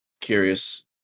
curious